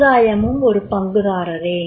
சமுதாயமும் ஒரு பங்குதாரரே